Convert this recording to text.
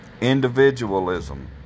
Individualism